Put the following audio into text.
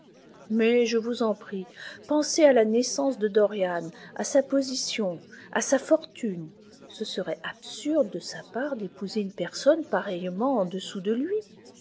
mais je vous en prie pensez à la naissance de dorian à sa position à sa fortune ce serait absurde de sa part d'épouser une personne pareillement au-dessous de lui